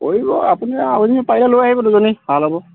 কৰিব আপুনি আপুনি পাৰিলে লৈ আহিব দুজনী ভাল হ'ব